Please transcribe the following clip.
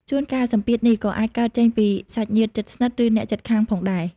ជួនកាល សម្ពាធនេះក៏អាចកើតចេញពីសាច់ញាតិជិតស្និទ្ធ ឬអ្នកជិតខាងផងដែរ។